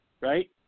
right